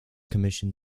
commission